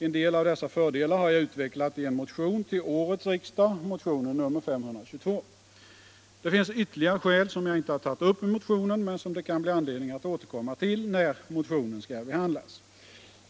En del av dessa fördelar har jag utvecklat i en motion till årets riksdag, motionen 522. Det finns ytterligare en del skäl som jag inte tagit upp i motionen men som det blir anledning att återkomma till när motionen skall behandlas.